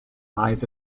lies